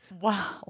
Wow